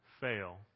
fail